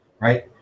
Right